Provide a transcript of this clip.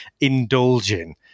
indulging